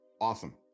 awesome